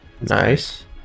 Nice